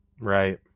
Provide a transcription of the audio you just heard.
Right